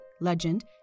legend